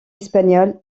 espagnole